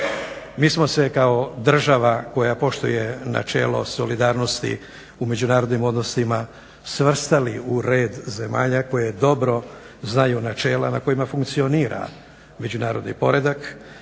Mi smo se kao država koja poštuje načelo solidarnosti u međunarodnim odnosima svrstali u red zemalja koje dobro znaju načela na kojima funkcionira međunarodni poredak